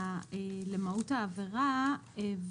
למהות העבירה.